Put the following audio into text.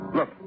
Look